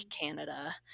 Canada